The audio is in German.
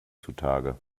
zutage